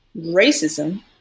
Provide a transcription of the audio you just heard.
racism